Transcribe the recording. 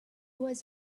was